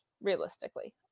realistically